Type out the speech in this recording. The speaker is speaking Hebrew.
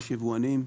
יש יבואנים,